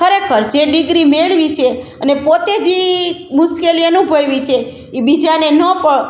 ખરેખર જે ડિગ્રી મેળવી છે અને પોતે જે મુશ્કેલી અનુભવી છે એ બીજાને ન પ